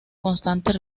constantes